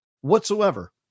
whatsoever